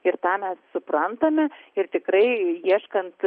ir tą mes suprantame ir tikrai ieškant